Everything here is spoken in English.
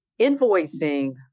invoicing